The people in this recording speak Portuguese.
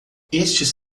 estes